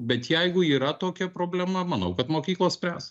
bet jeigu yra tokia problema manau kad mokyklos spręs